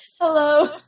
hello